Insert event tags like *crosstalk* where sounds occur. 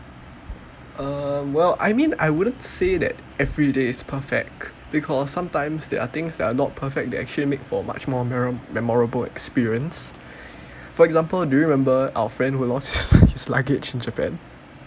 uh well I mean I wouldn't say that everyday is perfect because sometimes there are things that are not perfect that actually make for a much more memo~ memorable experience for example do you remember our friend who lost his *laughs* his luggage in japan